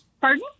Pardon